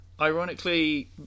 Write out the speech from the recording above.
Ironically